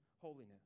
holiness